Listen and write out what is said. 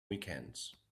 weekends